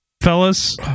Fellas